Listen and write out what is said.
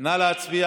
נא להצביע